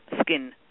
skin